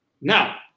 Now